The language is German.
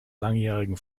langjährigen